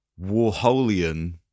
Warholian